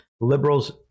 liberals